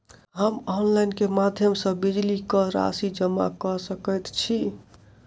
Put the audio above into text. हम ऑनलाइन केँ माध्यम सँ बिजली कऽ राशि जमा कऽ सकैत छी?